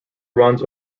runs